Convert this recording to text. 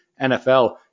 NFL